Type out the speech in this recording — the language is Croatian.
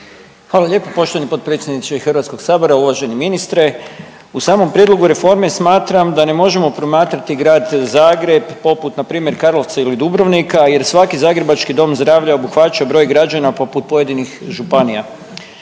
Hvala lijepo poštovani potpredsjedniče Hrvatskog sabora. Uvaženi ministre, u samom prijedlogu reforme smatram da ne možemo promatrati Grad Zagreb poput npr. Karlovca ili Dubrovnika jer svaki zagrebački dom zdravlja obuhvaća broj građana poput pojedinih županija.